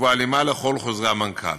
ובהלימה לכל חוזרי המנכ"ל.